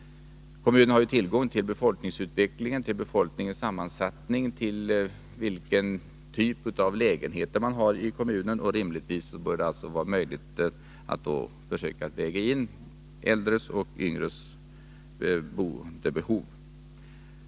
Kommunen har ju tillgång till siffror för befolkningsutveckling, befolkningssammansättning och för vilken typ av lägenheter som finns i kommunen. Rimligtvis bör det vara möjlist att väga in äldres och yngres bostadsbehov.